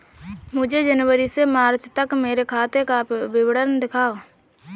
मुझे जनवरी से मार्च तक मेरे खाते का विवरण दिखाओ?